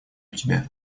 тебе